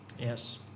Yes